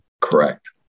correct